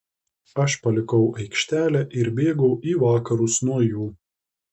aš palikau aikštelę ir bėgau į vakarus nuo jų